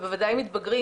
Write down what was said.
ובוודאי מתבגרים,